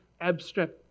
abstract